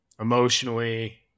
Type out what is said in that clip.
emotionally